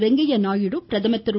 வெங்கய்ய நாயுடு பிரதமர் திரு